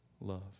love